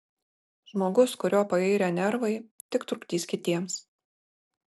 žmogus kurio pairę nervai tik trukdys kitiems